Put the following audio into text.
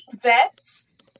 vets